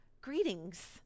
Greetings